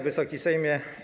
Wysoki Sejmie!